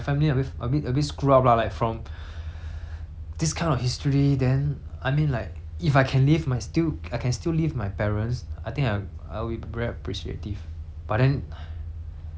this kind of history then I mean like if I can leave my still I can still leave my parents I think I I will be very appreciative but then but the the kind of care that they have not given me like